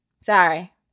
Sorry